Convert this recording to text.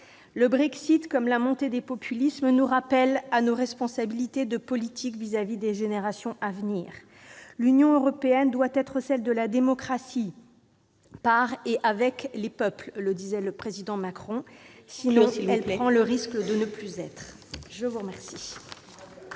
Le Brexit, comme la montée des populismes, nous rappelle à nos responsabilités de politiques vis-à-vis des générations à venir. L'Union européenne doit être celle de la démocratie par et avec les peuples, disait le président Macron, sinon si elle prend le risque de ne plus être ! Très bien